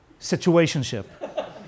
situationship